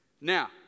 Now